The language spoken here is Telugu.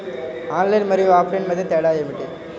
ఆన్లైన్ మరియు ఆఫ్లైన్ మధ్య తేడా ఏమిటీ?